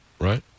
Right